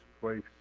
place